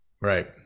Right